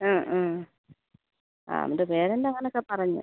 ആ ആ അവൻ്റെ പേരൻറ് അങ്ങനെയൊക്കെ പറഞ്ഞു